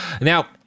now